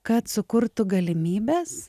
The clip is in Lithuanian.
kad sukurtų galimybes